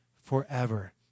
forever